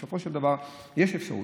בסופו של דבר יש אפשרות.